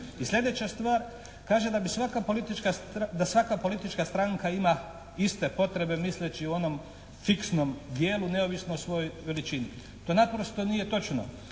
I sljedeća stvar kaže da svaka politička stranka ima iste potrebe misleći u onom fiksnom djelu neovisno o svojoj veličini. To naprosto nije točno